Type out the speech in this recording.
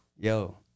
yo